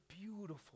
beautiful